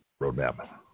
Roadmap